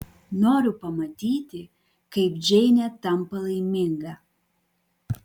noriu pamatyti kaip džeinė tampa laiminga